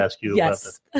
yes